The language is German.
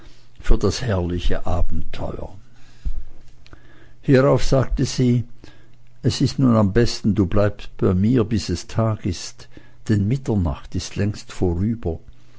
für das herrliche abenteuer hierauf sagte sie es ist nun am besten du bleibest bei mir bis es tag ist denn mitternacht ist längst vorüber